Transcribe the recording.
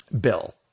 Bill